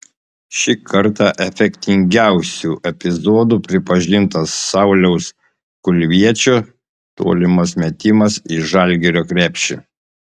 šį kartą efektingiausiu epizodu pripažintas sauliaus kulviečio tolimas metimas į žalgirio krepšį